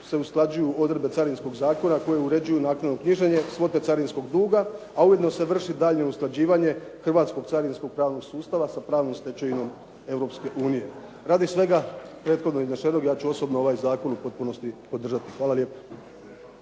se usklađuju odredbe Carinskog zakona koji uređuju naknadu i knjiženje, svote carinskog duga a ujedno se vrši daljnje usklađivanje hrvatskog carinskog pravnog sustava sa pravnom stečevinom Europske unije. Radi svega prethodno iznesenog ja ću osobno ovaj zakon u potpunosti podržati. Hvala lijepo.